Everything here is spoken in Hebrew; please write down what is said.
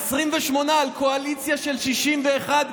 28 על קואליציה של 61,